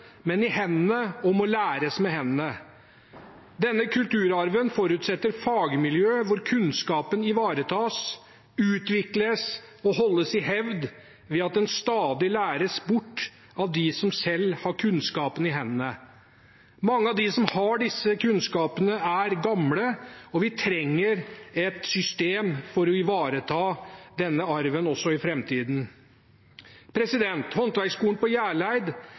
men i hendene, og må læres med hendene. Denne kulturarven forutsetter fagmiljøer hvor kunnskapen ivaretas, utvikles og holdes i hevd ved at den stadig læres bort av dem som selv har kunnskapen i hendene. Mange av de som har slik kunnskap, er gamle, og vi trenger et system for å kunne ivareta denne arven også i framtiden. Håndverksskolen på Hjerleid, møbelsnekkerskolen på